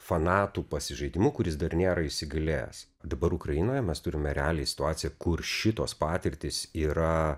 fanatų pasižaidimu kuris dar nėra įsigalėjęs dabar ukrainoje mes turime realią situaciją kur šitos patirtys yra